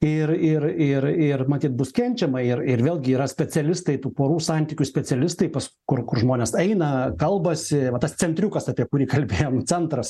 ir ir ir ir matyt bus kenčiama ir ir vėlgi yra specialistai tų porų santykių specialistai pas kur kur žmonės eina kalbasi va tas centriukas apie kurį kalbėjom centras